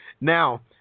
Now